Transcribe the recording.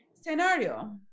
Scenario